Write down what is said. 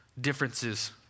differences